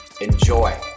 Enjoy